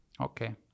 Okay